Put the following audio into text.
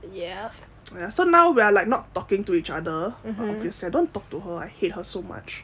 ya so now we're like not talking to each other obviously I don't want to talk to her I hate her so much